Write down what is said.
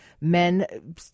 Men